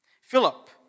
Philip